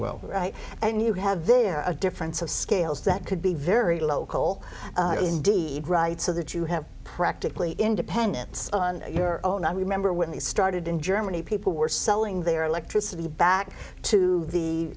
well and you have there a difference of scales that could be very local indeed right so that you have practically independence on their own i remember when they started in germany people were selling their electricity back to the